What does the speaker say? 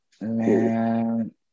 Man